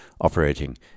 operating